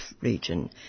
region